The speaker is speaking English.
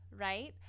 right